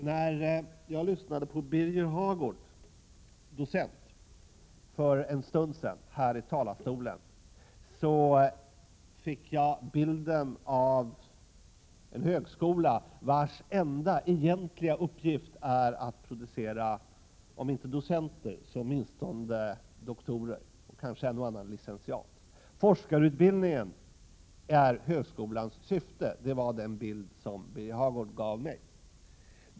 När jag lyssnade på vad Birger Hagård, docent, för en stund sedan sade här i talarstolen, fick jag bilden av en högskola vars enda egentliga uppgift är att producera, om inte docenter så åtminstone doktorer och kanske en och annan licentiat. Forskarutbildningen är högskolans syfte — det var den bild som Birger Hagård gav mig.